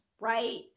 right